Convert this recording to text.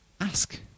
Ask